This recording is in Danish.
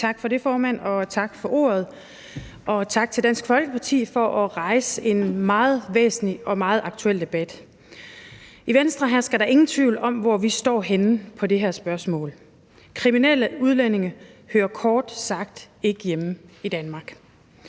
Tak for ordet, formand, og tak til Dansk Folkeparti for at rejse en meget væsentlig og meget aktuel debat. I Venstre hersker der ingen tvivl om, hvor vi står henne i det her spørgsmål: Kriminelle udlændinge hører kort sagt ikke hjemme i Danmark,